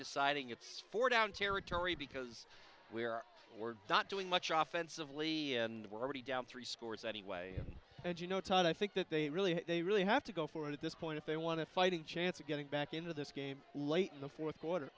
deciding it's four down territory because we are not doing much off uncivilly and we're already down three scores anyway and you know todd i think that they really they really have to go for it at this point if they want a fighting chance of getting back into this game late in the fourth quarter